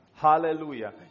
hallelujah